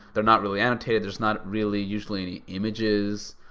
they're not really annotated. there's not really usually images.